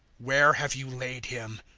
where have you laid him?